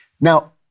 Now